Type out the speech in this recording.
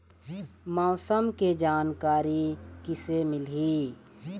मौसम के जानकारी किसे मिलही?